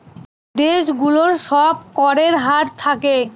দেশ গুলোর সব করের হার থাকে